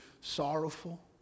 sorrowful